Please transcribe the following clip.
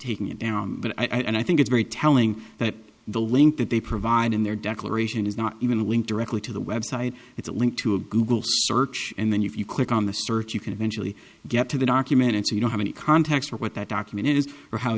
taking it down but i think it's very telling that the link that they provide in their declaration is not even a link directly to the website it's a link to a google search and then you click on the search you can eventually get to the document so you don't have any context for what that document is or how